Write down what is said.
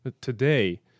today